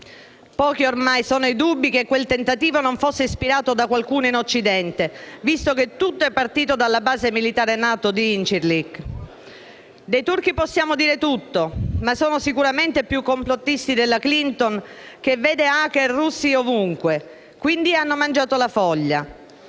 Pochi ormai sono i dubbi che quel tentativo non fosse ispirato da qualcuno in Occidente, visto che tutto è partito dalla base militare NATO di Incirlik. Dei turchi possiamo dire tutto, ma sono sicuramente più complottisti della Clinton, che vede *hacker* russi ovunque, e quindi hanno mangiato la foglia.